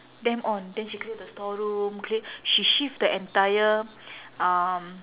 damn on then she clear the store room cl~ she shift the entire um